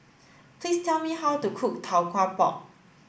please tell me how to cook Tau Kwa Pau